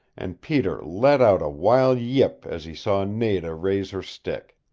and peter let out a wild yip as he saw nada raise her stick.